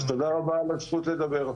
אז תודה רבה על הזכות לדבר.